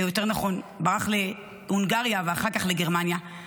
יותר נכון ברח להונגריה ואחר כך לגרמניה.